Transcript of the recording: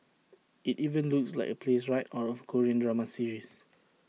IT even looks like A place right out of Korean drama series